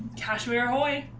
casserole